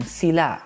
sila